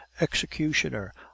executioner